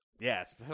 Yes